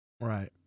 right